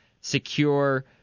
secure